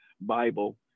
Bible